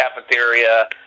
cafeteria